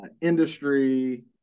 industry